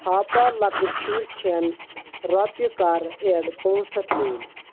ہاپا لۄکٕٹۍ شُرۍ کھٮ۪ن رۄپیہِ کَر ایٚڈ پٲنٛژ ہتھ مول